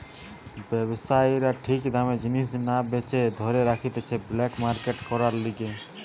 ব্যবসায়ীরা ঠিক দামে জিনিস না বেচে ধরে রাখতিছে ব্ল্যাক মার্কেট করার লিগে